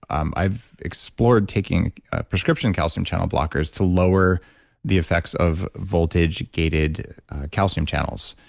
um i've explored taking prescription calcium channel blockers to lower the effects of voltage-gated calcium channels.